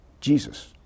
Jesus